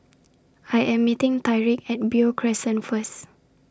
I Am meeting Tyriq At Beo Crescent First